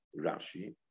rashi